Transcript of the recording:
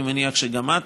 ואני מניח שגם את